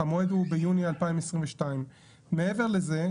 המועד הוא ביוני 2022. מעבר לזה,